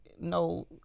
no